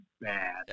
bad